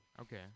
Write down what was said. Okay